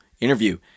interview